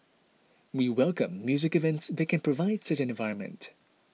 we welcome music events that can provide such an environment